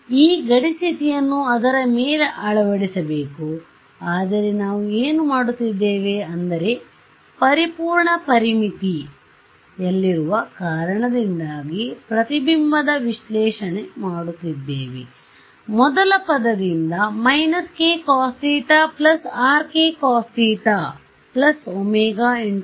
ಆದ್ದರಿಂದ ಈ ಗಡಿ ಸ್ಥಿತಿಯನ್ನು ಅದರ ಮೇಲೆ ಅಳವಡಿಸಬೇಕು ಆದರೆ ನಾವು ಏನು ಮಾಡುತ್ತಿದ್ದೇವೆ ಅಂದರೆ ಪರಿಪೂರ್ಣ ಪರಿಮಿತಿಯಲ್ಲಿರುವ ಕಾರಣದಿಂದಾಗಿ ಪ್ರತಿಬಿಂಬದ ವಿಶ್ಲೇಷಣೆ ಮಾಡುತ್ತೀದ್ದೇವೆ ಮೊದಲ ಪದದಿಂದ − k cos θ Rk cos θ ω ω